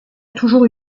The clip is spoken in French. toujours